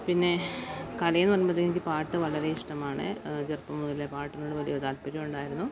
പിന്നെ കലയെന്നു പറയുമ്പോഴത്തേക്കു എനിക്കു പാട്ടു വളരെ ഇഷ്ടമാണ് ചെറുപ്പം മുതലേ പാട്ടിനോടു വലിയ താത്പര്യമുണ്ടായിരുന്നു